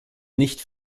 nicht